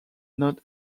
not